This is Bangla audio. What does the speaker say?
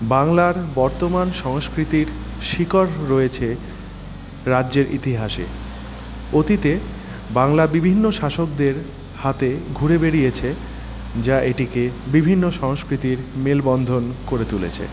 বাংলার বর্তমান সংস্কৃতির শিকড় রয়েছে রাজ্যের ইতিহাসে অতীতে বাংলা বিভিন্ন শাসকদের হাতে ঘুরে বেড়িয়েছে যা এটিকে বিভিন্ন সংস্কৃতির মেলবন্ধন করে তুলেছে